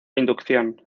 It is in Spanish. inducción